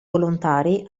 volontari